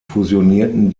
fusionierten